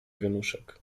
wianuszek